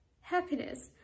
happiness